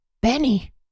Benny